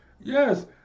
Yes